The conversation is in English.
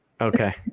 Okay